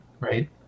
right